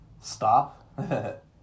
stop